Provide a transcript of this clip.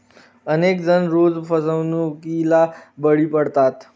अनेक जण रोज फसवणुकीला बळी पडतात